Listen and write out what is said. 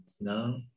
no